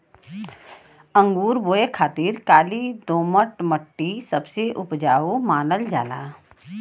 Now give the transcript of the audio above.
अंगूर बोए खातिर काली दोमट मट्टी सबसे उपजाऊ मानल जाला